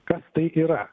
kas tai yra